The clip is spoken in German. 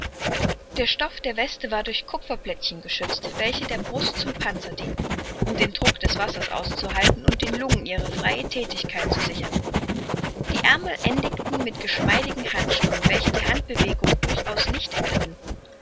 der stoff der weste war durch kupferplättchen geschützt welche der brust zum panzer dienten um den druck des wassers auszuhalten und den lungen ihre freie thätigkeit zu sichern die aermel endigten mit geschmeidigen handschuhen welche die handbewegung durchaus nicht hinderten